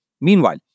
Meanwhile